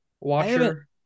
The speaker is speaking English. watcher